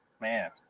man